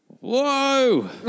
Whoa